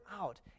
out